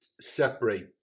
separate